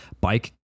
bike